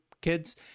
kids